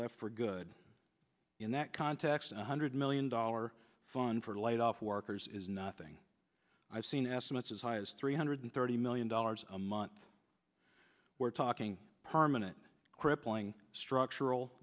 left for good in that context one hundred million dollar fund for laid off workers is nothing i've seen estimates as high as three hundred thirty million dollars a month we're talking permanent crippling structural